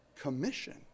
commission